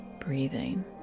breathing